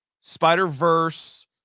Spider-Verse